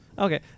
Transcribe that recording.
Okay